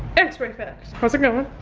x-ray fact! how's it going?